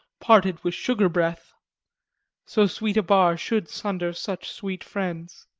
parted with sugar breath so sweet a bar should sunder such sweet friends.